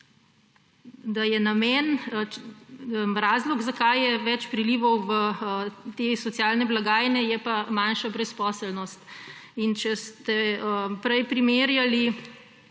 da je razlog, zakaj je več prilivov v te socialne blagajne, je pa manjša brezposelnost. Če ste prej primerjali